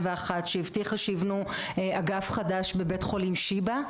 שהבטיחה שיבנו אגף חדש בבית חולים "שיבא",